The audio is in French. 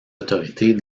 autorités